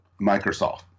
Microsoft